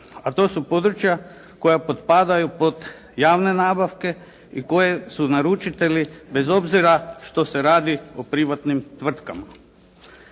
a to su područja koja potpadaju pod javne nabavke i koje su naručitelji bez obzira što se radi o privatnim tvrtkama.